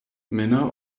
männer